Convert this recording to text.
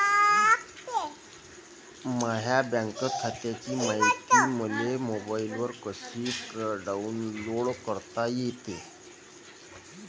माह्या बँक खात्याची मायती मले मोबाईलवर कसी डाऊनलोड करता येते?